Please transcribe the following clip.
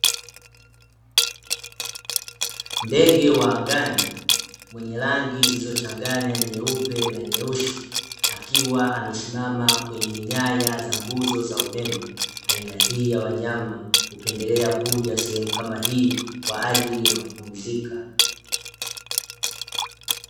Ndege wa angani mwenye rangi zilizochanganya nyeupe na nyeusi, akiwa amesimama kwenye nyaya za nguzo za umeme. Aina hii ya wanyama hupendelea kuja sehemu kama hii kwaajili ya kupumzika.